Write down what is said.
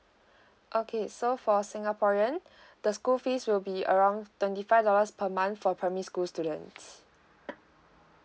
okay so for singaporean the school fees will be around twenty five dollars per month for primary school students